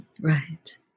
right